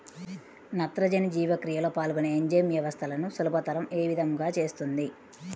నత్రజని జీవక్రియలో పాల్గొనే ఎంజైమ్ వ్యవస్థలను సులభతరం ఏ విధముగా చేస్తుంది?